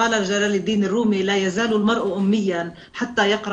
ג'לאל אלדין אל-רומי אמר: 'האדם נשאר